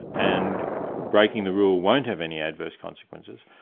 and breaking the rule won't have any adverse consequences,